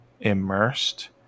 immersed